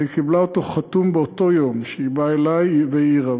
אבל היא קיבלה אותו חתום באותו יום שהיא באה אלי והעירה.